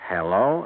Hello